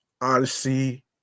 Odyssey